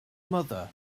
mother